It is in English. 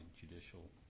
judicial